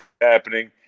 happening